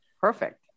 Perfect